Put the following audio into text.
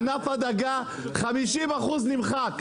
ענף הדגה, 50% נמחק.